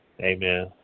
Amen